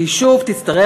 והיא שוב תצטרך,